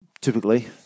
typically